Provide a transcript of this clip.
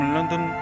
London